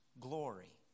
glory